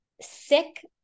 sick